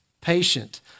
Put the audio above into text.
patient